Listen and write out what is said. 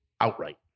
outright